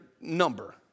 number